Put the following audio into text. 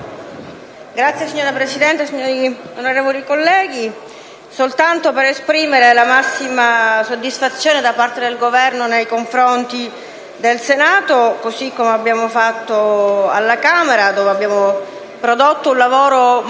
Signora Presidente, onorevoli colleghi, intervengo soltanto per esprimere la massima soddisfazione del Governo nei confronti del Senato, così come abbiamo fatto alla Camera, dove abbiamo prodotto un lavoro molto